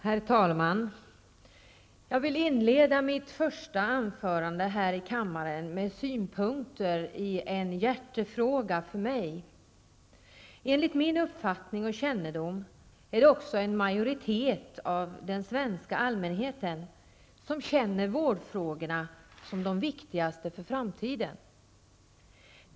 Herr talman! Jag vill inleda mitt första anförande här i kammaren med synpunkter i en hjärtefråga för mig. Enligt min uppfattning och kännedom är det också en majoritet av den svenska allmänheten som känner vårdfrågorna som de viktigaste för framtiden.